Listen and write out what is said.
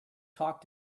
talk